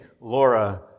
Laura